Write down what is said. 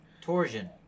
torsion